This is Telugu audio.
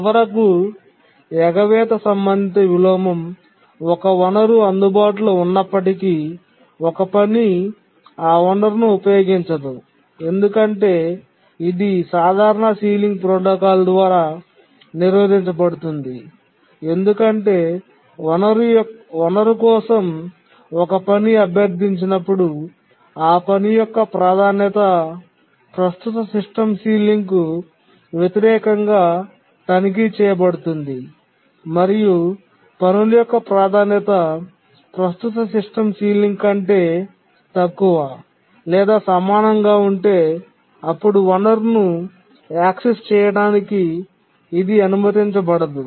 చివరకు ఎగవేత సంబంధిత విలోమం ఒక వనరు అందుబాటులో ఉన్నప్పటికీ ఒక పని ఆ వనరును ఉపయోగించదు ఎందుకంటే ఇది ప్రాధాన్యత సీలింగ్ ప్రోటోకాల్ ద్వారా నిరోధించబడుతుంది ఎందుకంటే వనరు కోసం ఒక పని అభ్యర్థించినప్పుడు ఆ ఆపని యొక్క ప్రాధాన్యత ప్రస్తుత సిస్టమ్ పైకప్పుకు వ్యతిరేకంగా తనిఖీ చేయబడుతుంది మరియు పనుల యొక్క ప్రాధాన్యత ప్రస్తుత సిస్టమ్ సీలింగ్ కంటే తక్కువ లేదా సమానంగా ఉంటే అప్పుడు వనరును యాక్సెస్ చేయడానికి ఇది అనుమతించబడదు